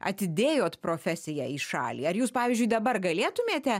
atidėjot profesiją į šalį ar jūs pavyzdžiui dabar galėtumėte